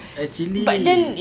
actually